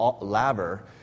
laver